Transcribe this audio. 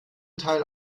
teil